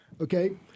okay